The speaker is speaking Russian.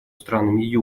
странами